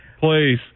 Please